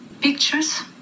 Pictures